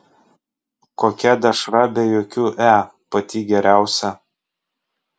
kokia dešra be jokių e pati geriausia